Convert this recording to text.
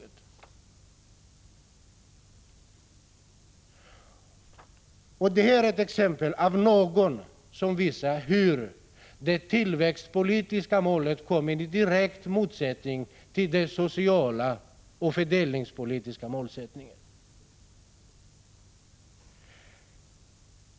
Detta, om något, är ett exempel på att det tillväxtpolitiska målet kommer i direkt konflikt med de sociala och fördelningspolitiska målen.